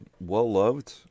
well-loved